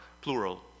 plural